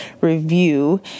review